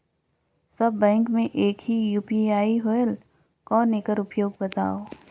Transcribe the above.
सब bank मे एक ही यू.पी.आई होएल कौन एकर उपयोग बताव?